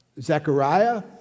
Zechariah